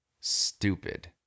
stupid